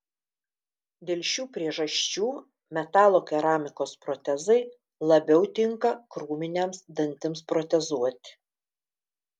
dėl šių priežasčių metalo keramikos protezai labiau tinka krūminiams dantims protezuoti